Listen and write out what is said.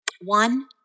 One